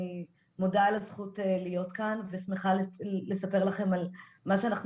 אני מודה על הזכות להיות כאן ושמחה לספר לכם על מה שאנחנו